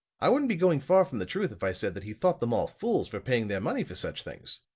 i wouldn't be going far from the truth if i said that he thought them all fools for paying their money for such things.